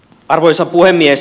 arvoisa puhemies